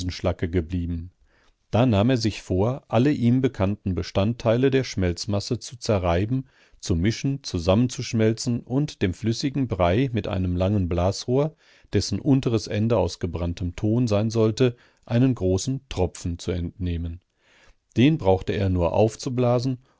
geblieben da nahm er sich vor alle ihm bekannten bestandteile der schmelzmasse zu zerreiben zu mischen zusammenzuschmelzen und dem flüssigen brei mit einem langen blasrohr dessen unteres ende aus gebranntem ton sein sollte einen großen tropfen zu entnehmen den brauchte er nur aufzublasen